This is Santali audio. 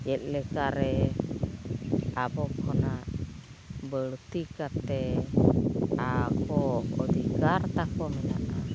ᱪᱮᱫ ᱞᱮᱠᱟᱨᱮ ᱟᱵᱚ ᱠᱷᱚᱱᱟᱜ ᱵᱟᱹᱲᱛᱤ ᱠᱟᱛᱮᱫ ᱟᱠᱚ ᱚᱫᱷᱤᱠᱟᱨ ᱛᱟᱠᱚ ᱢᱮᱱᱟᱜᱼᱟ